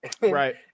Right